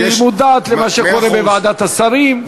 והיא מודעת למה שקורה בוועדת השרים.